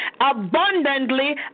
abundantly